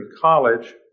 college